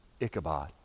Ichabod